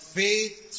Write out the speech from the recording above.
faith